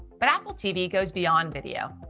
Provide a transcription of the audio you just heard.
but apple tv goes beyond video.